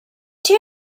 too